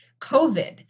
COVID